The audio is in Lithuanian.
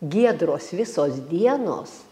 giedros visos dienos